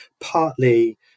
Partly